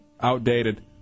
outdated